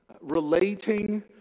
relating